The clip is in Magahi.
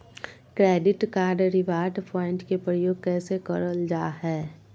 क्रैडिट कार्ड रिवॉर्ड प्वाइंट के प्रयोग कैसे करल जा है?